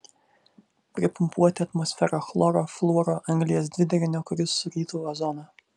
pripumpuoti atmosferą chloro fluoro anglies dvideginio kuris surytų ozoną